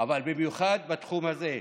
אבל במיוחד בתחום הזה,